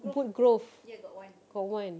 woodgrove got one